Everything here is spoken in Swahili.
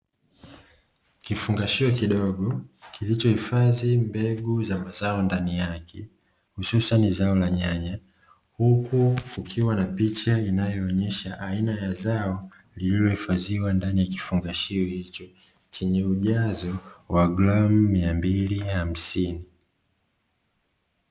Kifungashio kidogo kilichohifadhi mbegu za mazao ndani yake hususani zao la nyanya huku kukiwa na picha inayoonyesha aina ya zao lililohifadhiwa ndani ya kifungashio hicho, chenye ujazo wa gramu mia mbili hamsini.